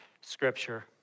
scripture